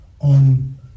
on